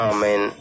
Amen